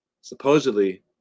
Supposedly